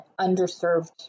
underserved